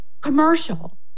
commercial